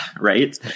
right